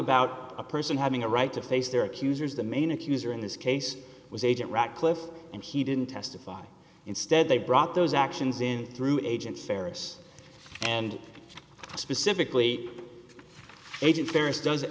about a person having a right to face their accusers the main accuser in this case was agent radcliffe and he didn't testify instead they brought those actions in through an agent faris and specifically agent various does